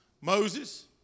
Moses